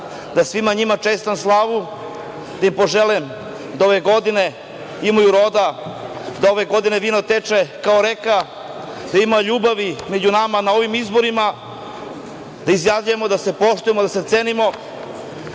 da svima njima čestitam slavu i da im poželim da ove godine imaju roda, da ove godine vino teče kao reka, da ima ljubavi među nama na ovim izborima, da izjavljujemo da se poštujemo, da se cenimo